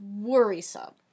worrisome